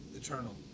Eternal